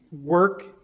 work